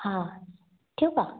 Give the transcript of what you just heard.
हां ठीऊ का